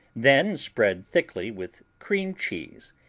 then spread thickly with cream cheese,